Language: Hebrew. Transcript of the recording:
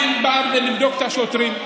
אני בא כדי לבדוק את השוטרים.